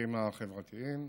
והשירותים החברתיים,